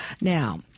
Now